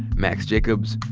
max jacobs,